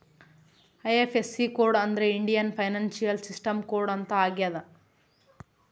IFSC code ಅಂದ್ರೆ Indian financial system code ಅಂತ ಆಗ್ಯದ